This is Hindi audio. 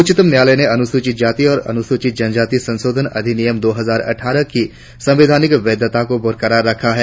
उच्चतम न्यायालय ने अनुसूचित जाति और अनुसूचित जनजाति संशोधन अधिनियम दो हजार अटठारह की संवैधानिक वैधता को बरकरार रखा है